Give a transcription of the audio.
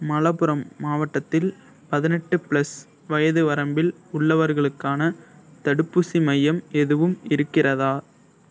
மலப்புரம் மாவட்டத்தில் பதனெட்டு ப்ளஸ் வயது வரம்பில் உள்ளவர்களுக்கான தடுப்பூசி மையம் எதுவும் இருக்கிறதா